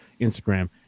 Instagram